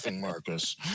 Marcus